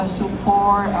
support